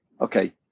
okay